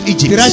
Egypt